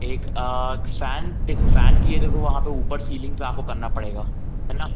एक फ़ैन देखो फ़ैन के लिए देखो वहाँ पर ऊपर सीलींग पर आपको करना पड़ेगा है ना